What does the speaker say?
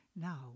Now